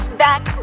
back